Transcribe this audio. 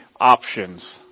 options